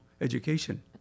education